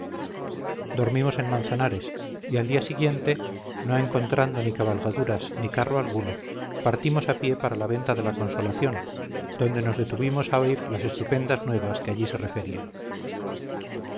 dormimos en manzanares y al siguiente día no encontrando ni cabalgaduras ni carro alguno partimos a pie para la venta de la consolación donde nos detuvimos a oír las estupendas nuevas que allí se referían